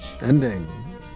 Ending